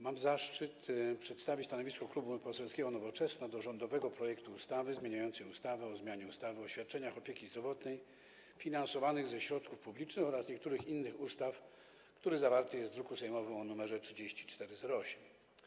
Mam zaszczyt przedstawić stanowisko Klubu Poselskiego Nowoczesna wobec rządowego projektu ustawy zmieniającej ustawę o zmianie ustawy o świadczeniach opieki zdrowotnej finansowanych ze środków publicznych oraz niektórych innych ustaw, zawarty w druku sejmowym nr 3408.